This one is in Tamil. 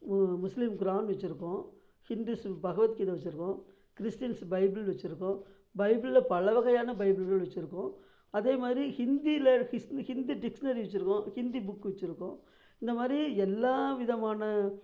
முஸ்லீம் குரான் வச்சுருக்கோம் ஹிந்துஸ் பகவத்கீதை வச்சுருக்கோம் கிறிஸ்டின்ஸ் பைபிள் வச்சுருக்கோம் பைபிளில் பல வகையான பைபிள்கள் வச்சுருக்கோம் அதே மாதிரி ஹிந்தியில் ஹிஸ் ஹிந்தி டிக்ஸ்னரி வச்சுருக்கோம் ஹிந்தி புக் வெச்சுருக்கோம் இந்த மாதிரி எல்லா விதமான